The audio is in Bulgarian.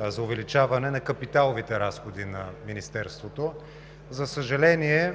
за увеличаване на капиталовите разходи на Министерството. За съжаление,